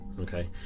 okay